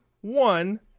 one